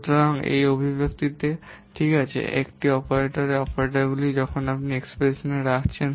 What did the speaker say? সুতরাং একটি অভিব্যক্তিতে ঠিক আছে একটি অপারেটরে অপারেটরগুলি যখন আপনি এক্সপ্রেশনটি রাখছেন